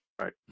Right